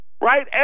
Right